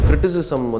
Criticism